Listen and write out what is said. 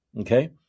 Okay